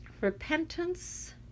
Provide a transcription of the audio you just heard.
Repentance